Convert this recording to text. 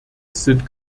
sind